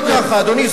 לא, לא ככה, אדוני.